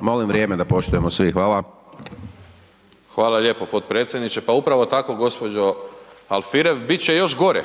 molim vrijeme da poštujemo svi, hvala. **Đujić, Saša (SDP)** Hvala lijepo potpredsjedniče. Pa upravo tako gđo. Alfirev, bit će još gore,